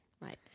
Right